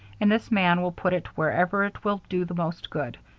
and this man will put it wherever it will do the most good,